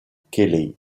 kelley